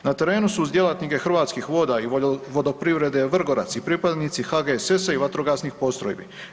Na terenu su uz djelatnike Hrvatskih voda i Vodoprivrede Vrgorac i pripadnici HGSS-a i vatrogasnih postrojbi.